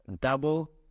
double